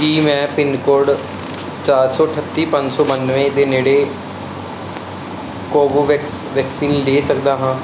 ਕੀ ਮੈਂ ਪਿੰਨਕੋਡ ਚਾਰ ਸੌ ਅਠੱਤੀ ਪੰਜ ਸੌ ਬਾਨਵੇਂ ਦੇ ਨੇੜੇ ਕੋਵੋਵੈਕਸ ਵੈਕਸੀਨ ਲੈ ਸਕਦਾ ਹਾਂ